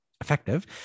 effective